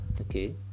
Okay